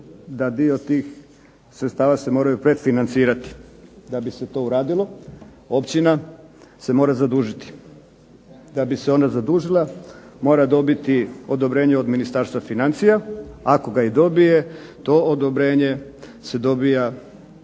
se dio tih sredstava se moraju predfinancirati. Da bi se to uradilo općina se mora zadužiti. Da bi se ona zadužila mora dobiti odobrenje od Ministarstva financija, ako ga i dobije to odobrenje se dobija